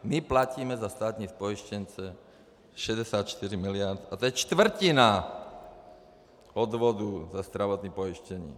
My platíme za státní pojištěnce 64 miliard a to je čtvrtina odvodů za zdravotní pojištění.